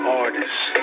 artists